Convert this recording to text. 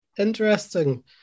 interesting